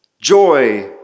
joy